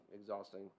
exhausting